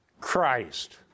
Christ